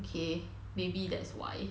okay maybe that's why